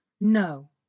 no